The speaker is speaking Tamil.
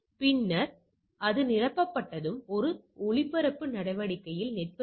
எனவே நாம் இங்கே செல்கிறோம் இது 28